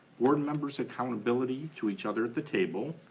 board members accountability to each other at the table,